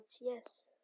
yes